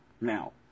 now